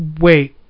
wait